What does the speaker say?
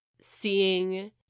seeing